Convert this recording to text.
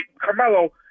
Carmelo